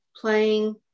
playing